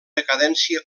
decadència